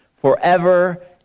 forever